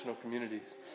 communities